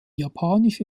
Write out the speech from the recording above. japanische